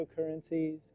cryptocurrencies